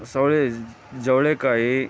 ಸವ್ಳೆ ಜವ್ಳಿ ಕಾಯಿ